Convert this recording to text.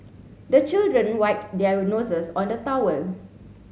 the children wipe their noses on the towel